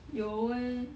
有 eh